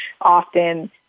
often